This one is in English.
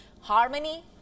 harmony